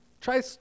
Try